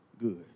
good